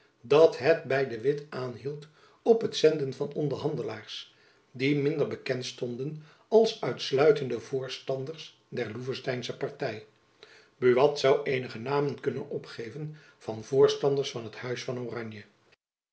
dat het by de witt aanhield op het zenden van onderhandelaars die minder bekend stonden als uitsluitende voorstanders der loevesteinsche party buat zoû eenige namen kunnen opgeven van voorstanders van het huis van oranje